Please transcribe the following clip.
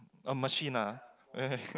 a machine ah